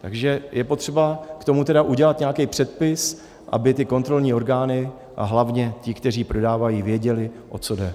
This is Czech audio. Takže je potřeba k tomu udělat nějaký předpis, aby kontrolní orgány a hlavně ti, kteří prodávají, věděli, o co jde.